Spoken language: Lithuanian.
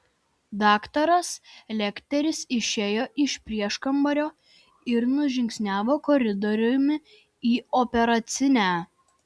daktaras lekteris išėjo iš prieškambario ir nužingsniavo koridoriumi į operacinę